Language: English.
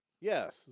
Yes